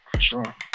sure